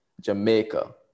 Jamaica